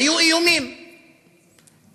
היו איומים טלפוניים,